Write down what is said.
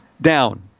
down